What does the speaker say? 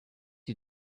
you